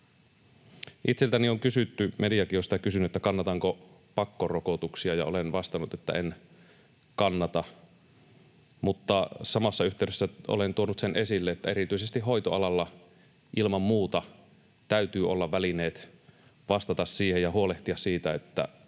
Itseltäni on kysytty — mediakin on sitä kysynyt — kannatanko pakkorokotuksia, ja olen vastannut, että en kannata, mutta samassa yhteydessä olen tuonut esille, että erityisesti hoitoalalla ilman muuta täytyy olla välineet vastata siihen ja huolehtia siitä, että